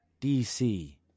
dc